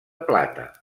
plata